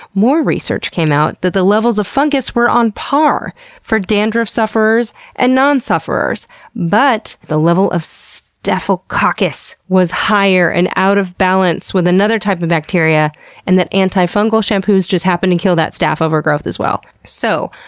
more research came out that the levels of fungus were on par for dandruff sufferers and non-sufferers. but the level of so staphylococcus was higher and out of balance with another type of bacteria and that anti-fungal shampoos just happen to kill that staph overgrowth as well. so,